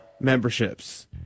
memberships